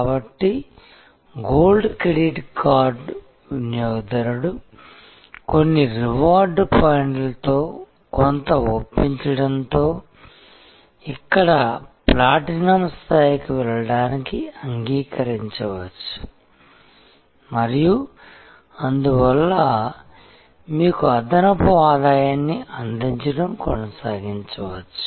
కాబట్టి gold credit card వినియోగదారుడు కొన్ని రివార్డ్ పాయింట్లతో కొంత ఒప్పించడంతో ఇక్కడ ప్లాటినం స్థాయికి వెళ్లడానికి అంగీకరించవచ్చు మరియు అందువల్ల మీకు అదనపు ఆదాయాన్ని అందించడం కొనసాగించవచ్చు